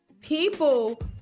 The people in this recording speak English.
people